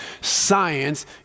science